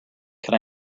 can